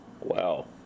Wow